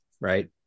right